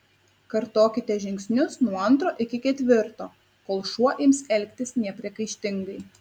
kartokite žingsnius nuo antro iki ketvirto kol šuo ims elgtis nepriekaištingai